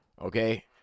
Okay